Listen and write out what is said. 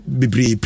bibri